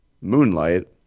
Moonlight